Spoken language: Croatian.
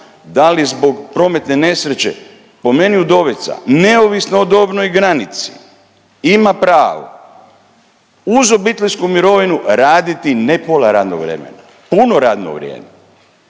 da li zbog prometne nesreće po meni udovica neovisno o dobnoj granici ima pravo uz obiteljsku mirovinu raditi ne pola radnog vremena, puno radno vrijeme.